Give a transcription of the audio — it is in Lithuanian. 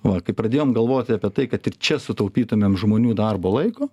va kai pradėjom galvoti apie tai kad ir čia sutaupytumėm žmonių darbo laiko